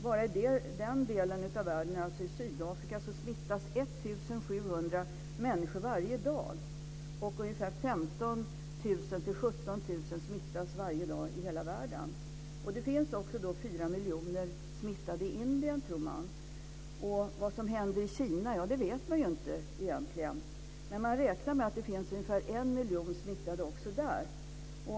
Bara i den delen av världen, dvs. i Sydafrika, smittas 1 700 människor varje dag, och 15 000-17 000 smittas varje dag i hela världen. Man tror att det finns 4 miljoner smittade i Indien. Vad som händer i Kina vet man egentligen inte. Men man räknar med att det finns 1 miljon smittade också där.